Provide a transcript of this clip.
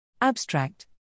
Abstract